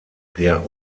der